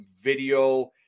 video